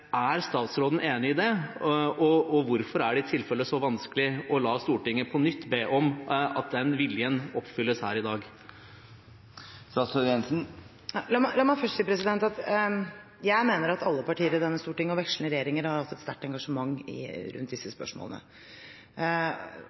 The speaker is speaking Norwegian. Er statsråden enig i det? Hvorfor er det i tilfelle så vanskelig å la Stortinget på nytt be om at den viljen oppfylles her i dag? La meg først si at jeg mener at alle partier i dette stortinget og vekslende regjeringer ha hatt et sterkt engasjement rundt disse spørsmålene.